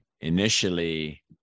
initially